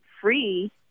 free